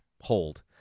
hold